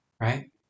Right